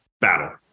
battle